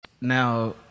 Now